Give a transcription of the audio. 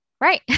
Right